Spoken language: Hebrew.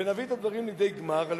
ונביא את הדברים לידי גמר.